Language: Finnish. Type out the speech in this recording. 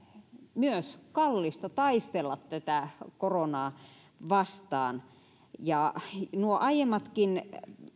myös kallista taistella tätä koronaa vastaan nuo aiemmatkin